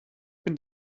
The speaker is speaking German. mit